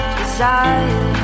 desire